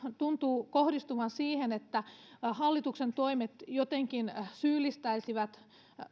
tuntuu kohdistuvan siihen että hallituksen toimet jotenkin syyllistäisivät